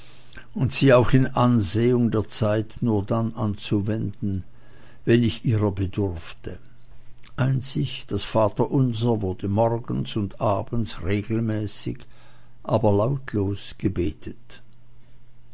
und sie auch in ansehung der zeit nur dann anzuwenden wenn ich ihrer bedurfte einzig das vaterunser wurde morgens und abends regelmäßig aber lautlos gebetet